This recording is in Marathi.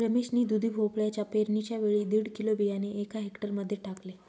रमेश ने दुधी भोपळ्याच्या पेरणीच्या वेळी दीड किलो बियाणे एका हेक्टर मध्ये टाकले